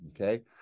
Okay